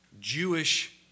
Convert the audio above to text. Jewish